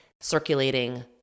circulating